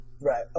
Right